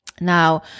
Now